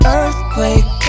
Earthquake